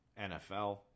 NFL